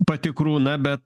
patikrų na bet